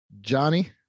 Johnny